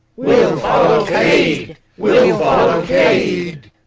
wee'l follow cade, wee'l follow cade